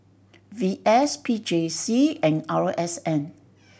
V S P J C and R S N